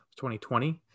2020